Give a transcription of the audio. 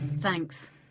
thanks